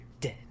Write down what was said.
dead